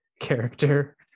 character